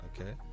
okay